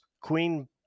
queen